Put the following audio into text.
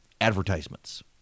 Advertisements